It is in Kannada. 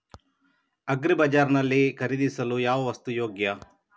ಅಗ್ರಿ ಬಜಾರ್ ನಲ್ಲಿ ಖರೀದಿಸಲು ಯಾವ ವಸ್ತು ಯೋಗ್ಯ?